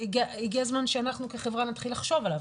שהגיע הזמן שאנחנו כחברה נתחיל לחשוב עליו,